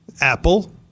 Apple